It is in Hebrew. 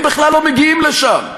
הם בכלל לא מגיעים לשם.